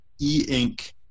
e-ink